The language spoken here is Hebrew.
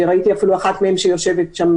ראיתי אפילו אחת מהם יושבת כאן,